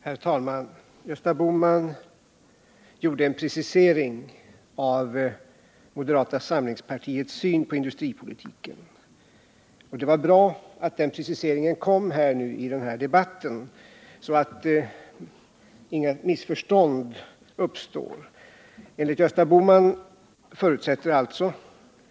Herr talman! Gösta Bohman gjorde en precisering av moderata samlingspartiets syn på industripolitiken. Det var bra att denna precisering kom i den här debatten, så att inget missförstånd uppstår.